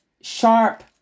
sharp